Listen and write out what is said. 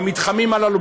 במתחמים הללו,